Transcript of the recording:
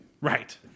Right